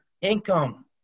Income